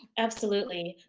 absolutely.